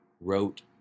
wrote